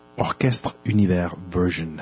Orchestre-Univers-Version